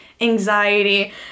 anxiety